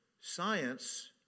science